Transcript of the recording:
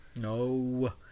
No